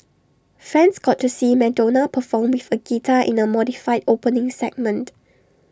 fans got to see Madonna perform with A guitar in the modified opening segment